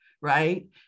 right